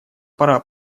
пора